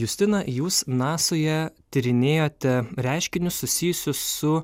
justina jūs nasoje tyrinėjote reiškinius susijusius su